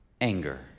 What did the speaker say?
anger